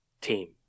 team